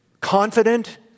confident